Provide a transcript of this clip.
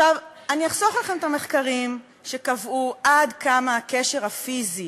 אני אחסוך לכם את המחקרים שקבעו עד כמה הקשר הפיזי